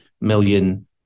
million